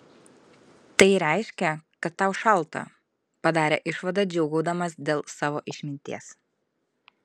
tai reiškia kad tau šalta padarė išvadą džiūgaudamas dėl savo išminties